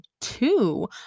two